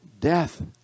death